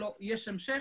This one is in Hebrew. לא, יש המשך,